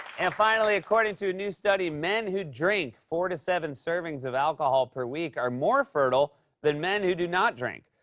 and finally, according to a new study, men who drink four to seven servings of alcohol per week are more fertile than men who do not drink.